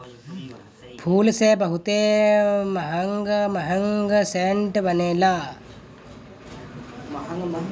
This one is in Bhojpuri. फूल से बहुते महंग महंग सेंट बनेला